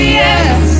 yes